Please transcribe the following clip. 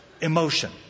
emotion